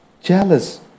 jealous